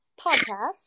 podcast